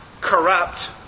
corrupt